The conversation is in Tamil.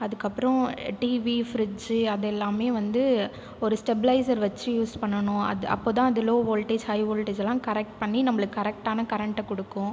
அதுக்கப்புறம் டிவி ஃபிரிட்ஜூ அது எல்லாமே வந்து ஒரு ஸ்டெப்லைஸர் வச்சு யூஸ் பண்ணணும் அது அப்போ தான் அது லோ வோல்ட்டேஜ் ஹை வோல்ட்டேஜ்லாம் கரெக்ட் பண்ணி நம்பளுக்கு கரெக்ட்டான கரென்ட்டை கொடுக்கும்